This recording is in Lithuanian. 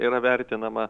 yra vertinama